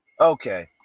Okay